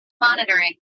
monitoring